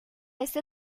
este